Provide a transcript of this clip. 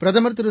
பிரதமர் திரு